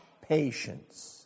patience